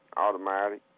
automatic